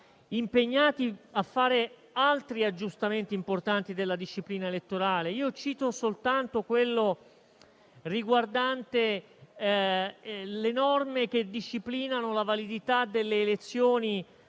impegnati a fare altri aggiustamenti importanti della disciplina elettorale. Cito soltanto quello riguardante le norme che disciplinano la validità delle elezioni